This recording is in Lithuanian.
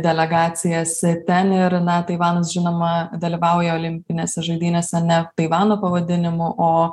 delegacijas ten ir na taivanas žinoma dalyvauja olimpinėse žaidynėse ne taivano pavadinimu o